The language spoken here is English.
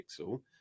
pixel